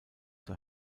zur